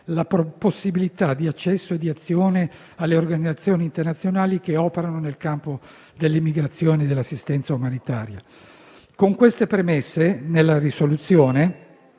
la possibilità di accesso e di azione alle organizzazioni internazionali che operano nel campo dell'immigrazione e dell'assistenza umanitaria. Con queste premesse, nella risoluzione